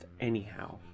anyhow